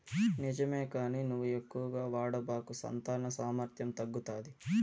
నిజమే కానీ నువ్వు ఎక్కువగా వాడబాకు సంతాన సామర్థ్యం తగ్గుతాది